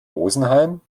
rosenheim